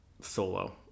solo